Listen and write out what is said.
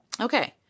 Okay